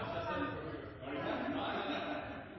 Jeg